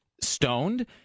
Stoned